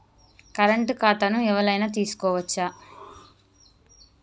Current ఖాతాను ఎవలైనా తీసుకోవచ్చా?